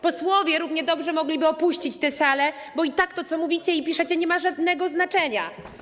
Posłowie równie dobrze mogliby opuścić tę salę, bo i tak to, co mówicie i piszecie, nie ma żadnego znaczenia.